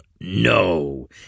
no